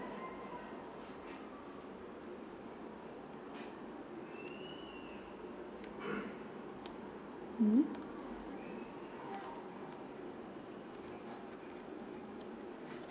mmhmm